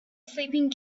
sleeping